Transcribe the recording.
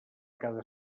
cada